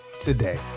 today